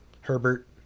Herbert